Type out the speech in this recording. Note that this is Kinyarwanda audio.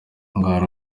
bwari